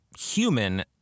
human